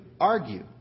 argue